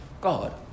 God